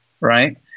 Right